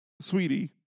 sweetie